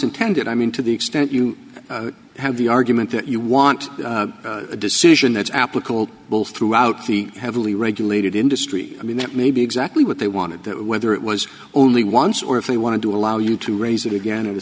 intended i mean to the extent you have the argument that you want a decision that's applicable both throughout the heavily regulated industry i mean that may be exactly what they want to do whether it was only once or if they wanted to allow you to raise it again in the